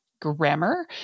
grammar